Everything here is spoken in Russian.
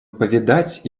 повидать